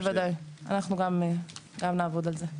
בוודאי, אנחנו גם נעבוד על זה.